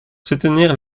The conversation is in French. soutenir